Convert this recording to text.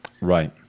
right